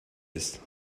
ist